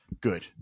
Good